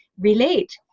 relate